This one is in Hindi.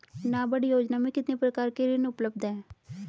नाबार्ड योजना में कितने प्रकार के ऋण उपलब्ध हैं?